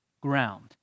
ground